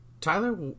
Tyler